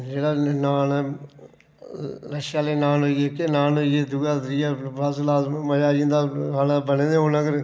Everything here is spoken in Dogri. जेह्ड़ा नान ऐ लच्छे आह्ले नान होई गे एह्के नान होई गे दूआ त्रीया फस्सक्लास मजा आई जंदा खाने दा बने दे होन अगर